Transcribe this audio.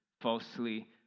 falsely